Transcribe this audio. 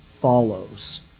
follows